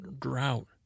drought